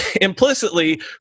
implicitly